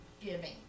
giving